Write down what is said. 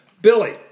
Billy